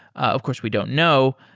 of course, we don't know.